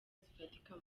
zifatika